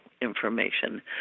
information